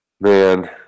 Man